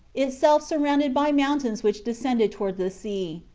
itself surrounded by mountains which descended toward the sea.